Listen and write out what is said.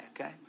okay